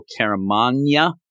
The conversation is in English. Caramagna